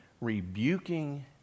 rebuking